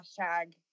hashtag